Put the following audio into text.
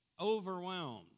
overwhelmed